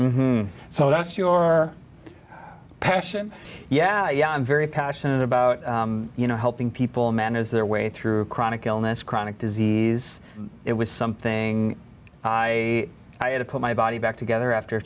so that's your passion yeah yeah i'm very passionate about you know helping people manage their way through chronic illness chronic disease it was something i had to put my body back together after